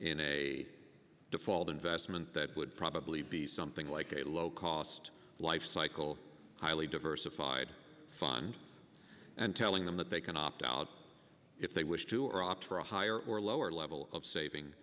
in a default investment that would probably be something like a low cost lifecycle highly diversified fund and telling them that they can opt out if they wish to or opt for a higher or lower level of saving